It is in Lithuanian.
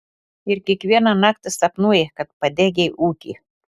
ir kiekvieną naktį sapnuoji kad padegei ūkį